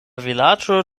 vilaĝo